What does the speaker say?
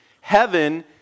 heaven